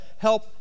help